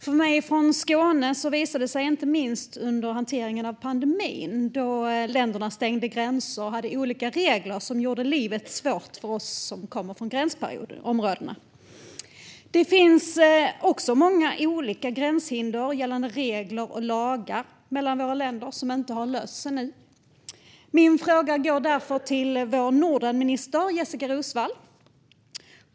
För mig som är från Skåne visade det sig inte minst under hanteringen av pandemin, då länderna stängde gränser och hade olika regler som gjorde livet svårt för oss som kommer från gränsområdena. Det finns också många olika gränshinder mellan länderna i form av regler och lagar som inte har lösts ännu. Min fråga går till vår Nordenminister Jessika Roswall.